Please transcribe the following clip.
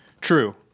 true